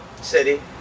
city